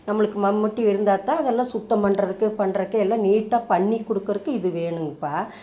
நம்மளுக்கு மண்பட்டி இருந்தால்தான் அதெல்லாம் சுத்தம் பண்ணுறக்கு பண்ணுறக்கு எல்லாம் நீட்டாகப் பண்ணிக் கொடுக்குறக்கு இது வேணுங்கப்பா